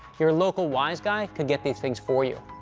your local wiseguy could get these things for you.